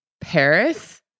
Paris